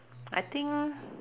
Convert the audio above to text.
I think